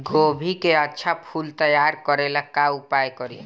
गोभी के अच्छा फूल तैयार करे ला का उपाय करी?